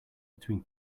between